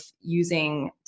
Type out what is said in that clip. using